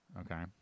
Okay